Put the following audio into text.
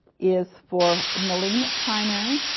is for malignant primary.